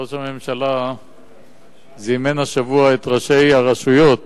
ראש הממשלה זימן השבוע את ראשי הרשויות